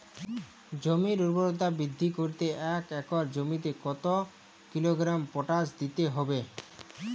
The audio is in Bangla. জমির ঊর্বরতা বৃদ্ধি করতে এক একর জমিতে কত কিলোগ্রাম পটাশ দিতে হবে?